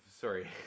Sorry